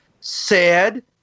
sad